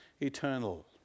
eternal